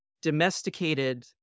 domesticated